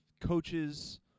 coaches